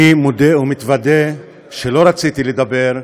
אני מודה ומתוודה שלא רציתי לדבר,